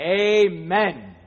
Amen